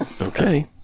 Okay